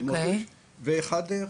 ואחד רכשנו,